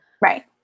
Right